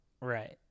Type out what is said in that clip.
Right